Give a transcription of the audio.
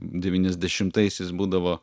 devyniasdešimtaisiais būdavo